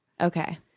Okay